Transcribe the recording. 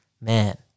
Man